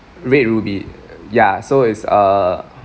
red ruby ya so it's uh